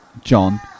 John